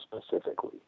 specifically